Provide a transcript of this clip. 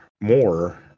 more